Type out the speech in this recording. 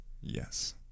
Yes